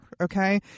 Okay